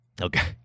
Okay